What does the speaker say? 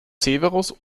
severus